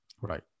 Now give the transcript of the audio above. Right